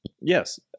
Yes